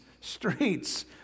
streets